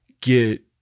get